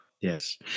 yes